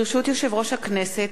ברשות יושב-ראש הכנסת,